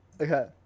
Okay